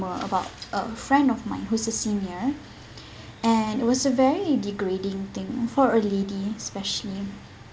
rumour about a friend of mine who's a senior and it was a very degrading thing for a lady especially